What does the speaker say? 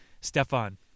Stefan